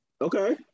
Okay